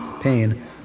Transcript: pain